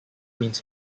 means